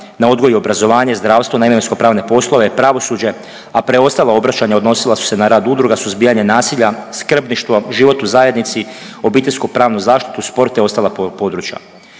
na odgoj i obrazovanje, zdravstvo, na imovinskopravne poslove, pravosuđe, a preostala obraćanja odnosila su se na rad udruga, suzbijanje nasilja, skrbništvo, život u zajednici, obiteljsko-pravnu zaštitu, sport te ostala područja.